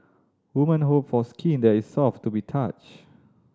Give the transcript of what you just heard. women hope for skin that is soft to be touch